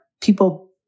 people